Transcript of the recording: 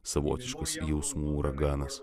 savotiškas jausmų uraganas